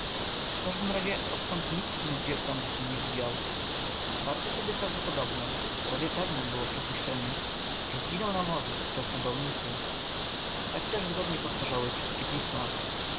w każdym razie odtąd nikt nigdzie prandoty nie widział bardzo tedy prawdopodobnem prawie pewnem było przypuszczenie że zginął na morzu podczas nawałnicy tak też zgodnie powtarzały wszystkie pisma